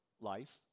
life